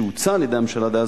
שהוצע על-ידי הממשלה דאז,